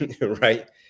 right